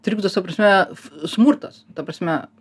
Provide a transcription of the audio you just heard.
trikdo ta prasme smurtas ta prasme